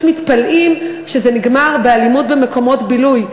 מתפלאים שזה נגמר באלימות במקומות בילוי.